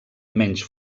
menys